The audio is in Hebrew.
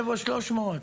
איפה 300?